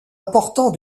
important